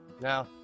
Now